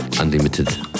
Unlimited